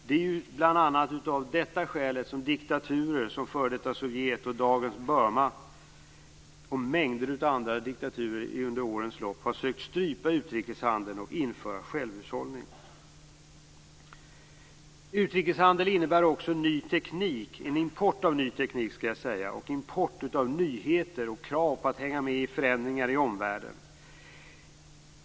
Det är bl.a. av detta skäl som f.d. Sovjet, dagens Burma och mängder av andra diktaturer under årens lopp har sökt strypa utrikeshandeln och införa självhushållning. Utrikeshandeln innebär också en import av ny teknik och av nyheter och krav på att hänga med i förändringar i omvärlden.